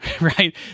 right